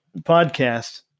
podcast